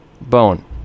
Bone